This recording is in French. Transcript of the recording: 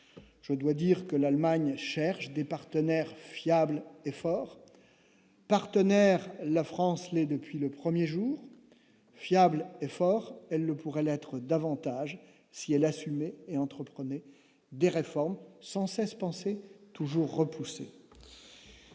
je dois dire que l'Allemagne cherche des partenaires fiables et fort partenaires: la France, les depuis le 1er jour fiable fort, elle ne pourrait l'être davantage si elle assumer et entreprenez des réformes sans cesse penser toujours repoussé.